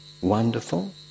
wonderful